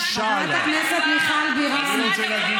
אתה לא הבנת, בושה לך.